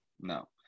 No